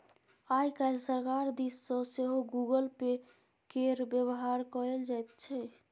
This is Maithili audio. आय काल्हि सरकार दिस सँ सेहो गूगल पे केर बेबहार कएल जाइत छै